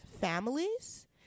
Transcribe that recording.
families